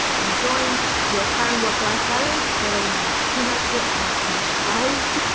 your joints. your current work-life balance. whether you have too much work or too much life.